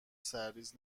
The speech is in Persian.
سرریز